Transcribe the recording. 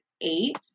eight